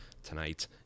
tonight